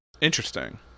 Interesting